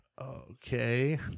Okay